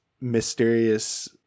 mysterious